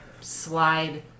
slide